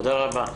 תודה רבה.